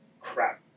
crap